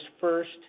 first